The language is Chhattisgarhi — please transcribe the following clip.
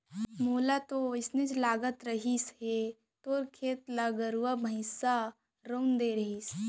मोला तो वोसने लगत रहिस हे तोर खेत ल गरुवा भइंसा रउंद दे तइसे